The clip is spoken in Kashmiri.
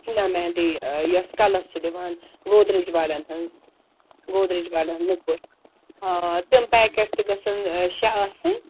ہِنا مہندی یۄس کَلَس چھِ دِوان گودریج والٮ۪ن ہٕنٛز گودریج والٮ۪ن نٕپُر آ تِم پیکٮ۪ٹ تہِ گژھَن شےٚ آسٕنۍ